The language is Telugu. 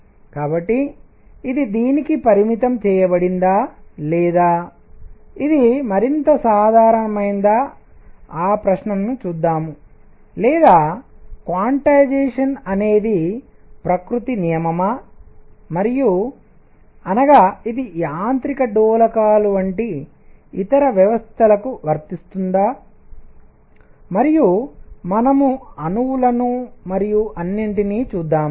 కాబట్టి ఇది దీనికి పరిమితం చేయబడిందా లేదా ఇది మరింత సాధారణమైనదా ఆ ప్రశ్నను చూద్దాం లేదా క్వాంటైజేషన్ అనేది ప్రకృతి నియమమా మరియు అనగా ఇది యాంత్రిక డోలకాలు వంటి ఇతర వ్యవస్థలకు వర్తిస్తుందా మరియు మనము అణువులను మరియు అన్నింటినీ చూద్దాం